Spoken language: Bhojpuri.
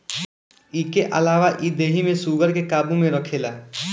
इके अलावा इ देहि में शुगर के काबू में रखेला